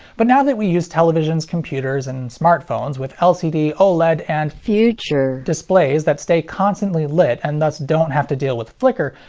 but now that we use televisions, computers, and smartphones with lcd, oled, and future displays that stay constantly lit and thus don't have to deal with flicker,